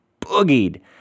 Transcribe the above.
boogied